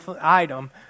item